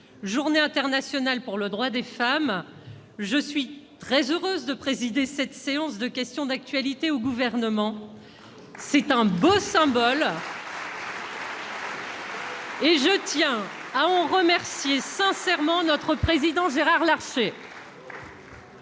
Journée internationale des droits des femmes, je suis très heureuse de présider cette séance de questions d'actualité au Gouvernement. C'est un beau symbole, et je tiens à en remercier sincèrement notre président, Gérard Larcher.